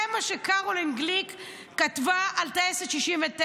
זה מה שקרוליין גליק כתבה על טייסת 69: